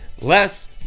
less